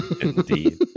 Indeed